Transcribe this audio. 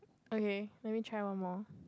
okay let me try one more